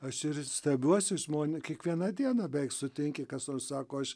aš ir stebiuosi žmon kiekvieną dieną beveik sutinki kas nors sako aš